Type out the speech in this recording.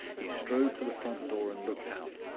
he strode to the front door and looked out.